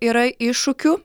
yra iššūkių